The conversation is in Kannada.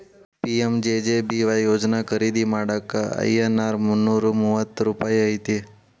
ಪಿ.ಎಂ.ಜೆ.ಜೆ.ಬಿ.ವಾಯ್ ಯೋಜನಾ ಖರೇದಿ ಮಾಡಾಕ ಐ.ಎನ್.ಆರ್ ಮುನ್ನೂರಾ ಮೂವತ್ತ ರೂಪಾಯಿ ಐತಿ